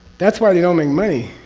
that's why they don't make money.